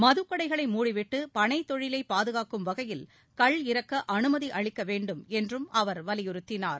மதுக்கடைகளை முடிவிட்டு பனைத் தொழிலை பாதுகாக்கும் வகையில் கள் இறக்க அனுமதி அளிக்க வேண்டும் என்றும் அவர் வலியுறுத்தினார்